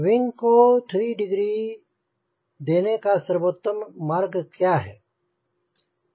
wing को 3 degree देने का सर्वोत्तम मार्ग क्या है